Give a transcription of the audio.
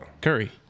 Curry